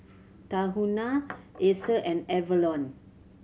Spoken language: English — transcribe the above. Tahuna Acer and Avalon